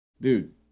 dude